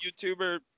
YouTuber